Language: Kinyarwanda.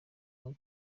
muri